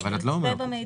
אף אחד לא יצפה במידע.